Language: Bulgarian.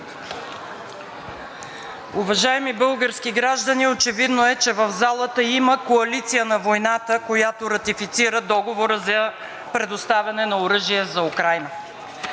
Уважаеми български граждани! Очевидно е, че в залата има коалиция на войната, която ратифицира Договора за предоставяне на оръжия за Украйна.